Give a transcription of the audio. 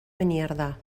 beniardà